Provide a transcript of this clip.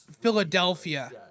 Philadelphia